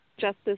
justice